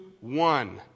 one